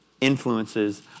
influences